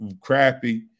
crappy